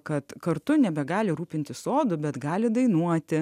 kad kartu nebegali rūpintis sodu bet gali dainuoti